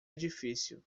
edifício